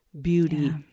Beauty